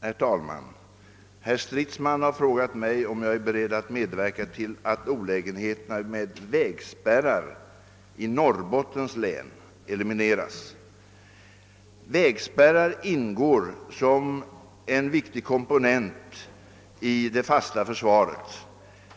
Herr talman! Herr Stridsman har frågat mig om jag är beredd att medverka till att olägenheterna med vägspärrar i Norrbottens län elimineras. Vägspärrar ingår som en viktig komponent i vårt fasta försvar.